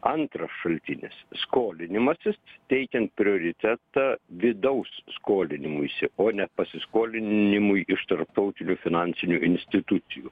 antras šaltinis skolinimasis teikiant prioritetą vidaus skolinimuisi o ne pasiskolinimui iš tarptautinių finansinių institucijų